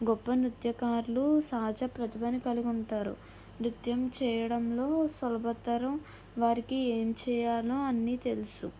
గొప్ప నృత్యకారులు సహజ ప్రతిభను కలిగి ఉంటారు నృత్యం చేయడంలో సులభతరం వారికి ఏం చేయాలో అన్ని తెలుసు